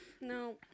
No